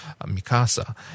Mikasa